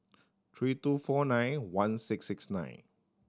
three two four nine one six six nine